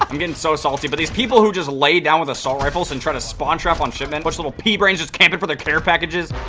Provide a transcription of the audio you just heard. um didn't so salty but these people who just laid down with assault rifles and try to spawn trap on shipment which little pea-brain just camp it for the care packages?